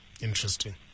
Interesting